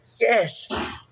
Yes